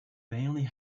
bailey